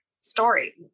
story